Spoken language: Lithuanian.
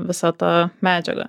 visa ta medžiaga